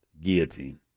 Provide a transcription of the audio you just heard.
guillotine